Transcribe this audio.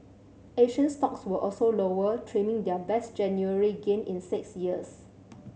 Asian stocks were also lower trimming their best January gain in six years